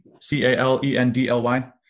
C-A-L-E-N-D-L-Y